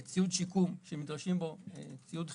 ציוד שיקום, ציוד חיוני,